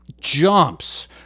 jumps